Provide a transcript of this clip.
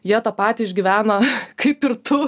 jie tą patį išgyvena kaip ir tu